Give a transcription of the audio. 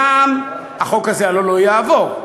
גם החוק הזה הלוא לא יעבור,